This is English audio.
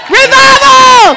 revival